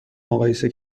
مقایسه